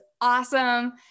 awesome